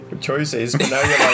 choices